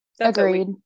Agreed